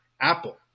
Apple